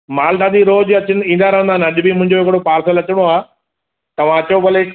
माल दादी रोज़ अच ईंदा रहंदा आहिनि अॼु बि मुंहिंजो हिकिड़ो पार्सल अचिणो आहे तव्हां अचो भले